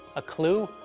a clue,